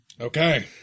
Okay